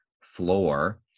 floor